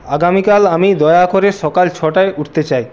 আগামীকাল আমি দয়া করে সকাল ছটায় উঠতে চাই